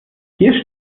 hier